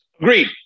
Agreed